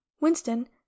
Winston